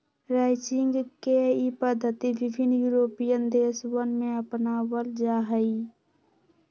ranching के ई पद्धति विभिन्न यूरोपीयन देशवन में अपनावल जाहई